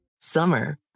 Summer